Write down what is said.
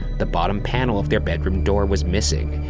the bottom panel of their bedroom door was missing.